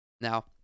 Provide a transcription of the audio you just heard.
Now